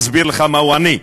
אסביר לך מהו עני.